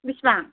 बिसिबां